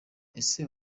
ese